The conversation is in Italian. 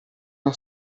una